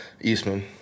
Eastman